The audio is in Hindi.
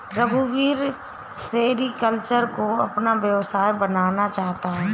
रघुवीर सेरीकल्चर को अपना व्यवसाय बनाना चाहता है